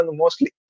mostly